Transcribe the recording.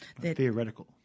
Theoretical